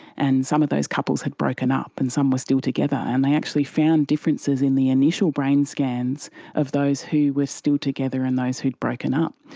and some of those couples had broken up and some were still together, and they actually found differences in the initial brain scans of those who were still together and those who'd broken up.